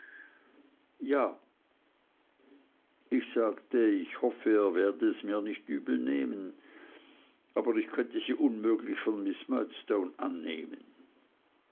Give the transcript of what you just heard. ja ich sagte ich hoffte er werde es mir nicht übel nehmen aber ich könnte sie unmöglich von miß murdstone annehmen